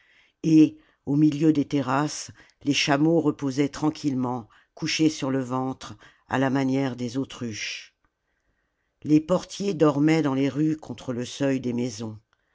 et au milieu des terrasses les chameaux reposaient tranquillement couchés sur le ventre à la manière des autruches les portiers dormaient dans les rues contre le seuil des maisons